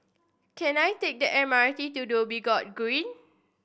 can I take the M R T to Dhoby Ghaut Green